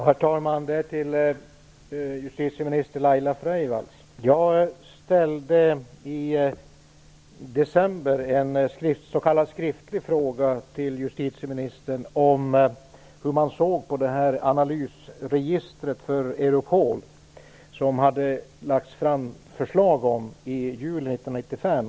Herr talman! Jag riktar mig till justitieminister Jag ställde i december en s.k. skriftlig fråga till justitieministern om hur man såg på analysregistret för Europol som det hade lagts förslag om i juli 1995.